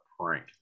Prank